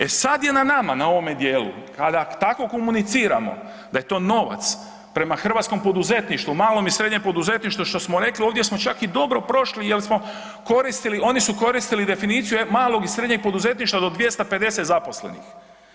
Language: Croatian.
E sad je nama na ovome djelu, kada tako komuniciramo, da je to novac prema hrvatskom poduzetništvu, malom i srednjem poduzetništvu, što smo rekli, ovdje smo čak i dobro prošli jer smo koristili, oni su koristili definiciju malog i srednjeg poduzetništva do 250 zaposlenih.